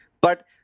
but-